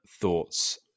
thoughts